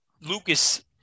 Lucas